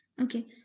okay